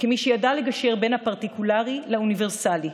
כמי שידע לגשר בין הפרטיקולרי לאוניברסלי,